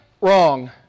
Wrong